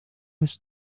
was